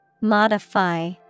Modify